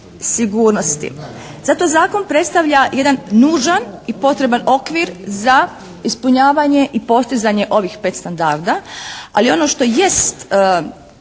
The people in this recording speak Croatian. sigurnosti. Zato zakon predstavlja jedan nužan i potreban okvir za ispunjavanje i postizanje ovih 5 standarda, ali ono što jest